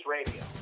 Radio